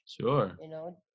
Sure